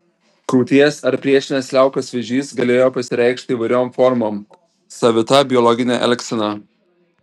krūties ar priešinės liaukos vėžys galėjo pasireikšti įvairiom formom savita biologine elgsena